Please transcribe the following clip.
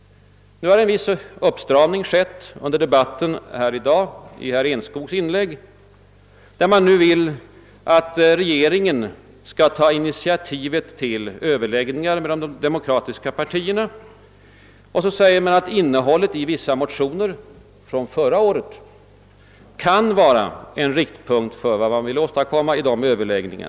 Nu har en viss uppstramning skett i dagens debatt genom herr Enskogs inlägg. Man föreslår nu att regeringen skall ta initiativet till överläggningar mellan de demokratiska partierna. Man framhåller att innehållet i vissa motioner från förra året »kan» vara en riktpunkt för vad man vill åstadkomma vid dessa överläggningar.